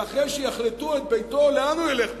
ואחרי שיחלטו את ביתו לאן הוא ילך בדיוק?